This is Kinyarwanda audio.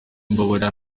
mbabarira